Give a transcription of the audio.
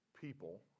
people